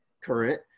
current